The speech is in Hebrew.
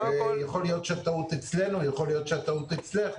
יכול להיות שהטעות אצלנו, יכול להיות שהטעות אצלך.